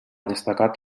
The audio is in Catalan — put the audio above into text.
destacat